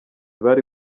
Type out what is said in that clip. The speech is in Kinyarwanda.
bari